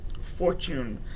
fortune